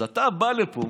אז אתה בא לפה